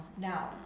now